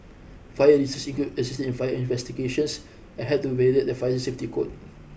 fire research include assisting in fire investigations and help to validate the fire safety code